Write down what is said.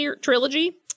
trilogy